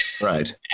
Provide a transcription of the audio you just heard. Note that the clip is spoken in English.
Right